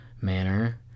manner